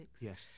Yes